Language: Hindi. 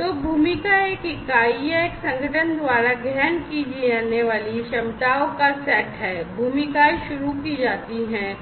तो भूमिका एक इकाई या एक संगठन द्वारा ग्रहण की जाने वाली क्षमताओं का सेट है भूमिकाएं शुरू की जाती हैं